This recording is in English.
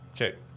Okay